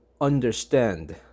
understand